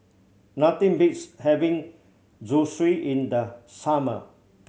nothing beats having Zosui in the summer